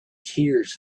tears